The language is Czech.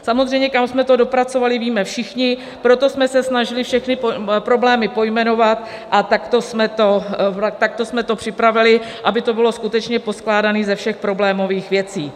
Samozřejmě kam jsme to dopracovali, víme všichni, proto jsme se snažili všechny problémy pojmenovat, a takto jsme to připravili, aby to bylo skutečně poskládané ze všech problémových věcí.